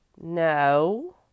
No